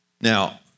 Now